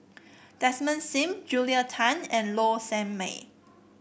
Desmond Sim Julia Tan and Low Sanmay